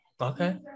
Okay